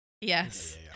Yes